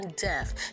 death